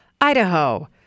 Idaho